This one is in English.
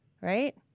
right